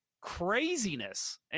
craziness